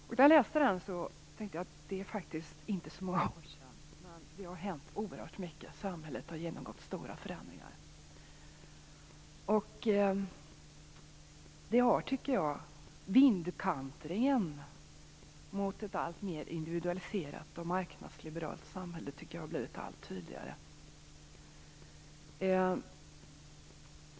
Då jag läste den, tänkte jag att det är faktiskt inte så många år sedan, men det har hänt oerhört mycket. Samhället har genomgått stora förändringar. Jag tycker att vindkantringen mot ett alltmer individualiserat och marknadsliberalt samhälle har blivit allt tydligare.